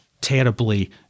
terribly